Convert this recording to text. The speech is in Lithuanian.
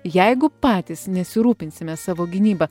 jeigu patys nesirūpinsime savo gynyba